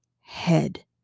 head